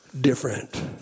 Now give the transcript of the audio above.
different